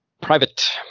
Private